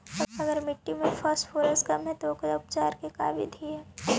अगर मट्टी में फास्फोरस कम है त ओकर उपचार के का बिधि है?